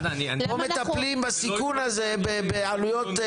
לא מטפלים בסיכון הזה בעלויות.